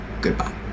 goodbye